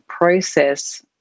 process